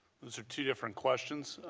those are two different questions.